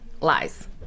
Lies